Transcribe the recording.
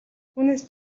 түүнээс